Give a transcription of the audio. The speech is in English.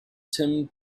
tim